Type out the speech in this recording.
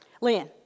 Lynn